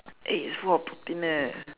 egg is full of protein eh